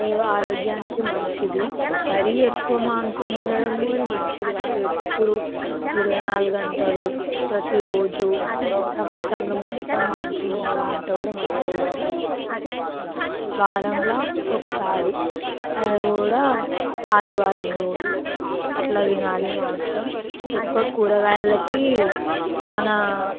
ఆరోగ్యానికి మంచిది మరీ ఎక్కువ మాంసం తినడం కూడా మంచిది కాదు ఎప్పుడు ఇరవై నాలుగు గంటలు ప్రతిరోజు సంవత్సరంలో మొత్తం మాంసం తినడం అంటే కూడా మంచిది కాదు వారంలో ఒకసారి అది కూడా ఆదివారం రోజు అట్లా తినాలి మాంసం ఎక్కువ కూరగాయలకి మన